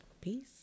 Peace